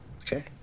Okay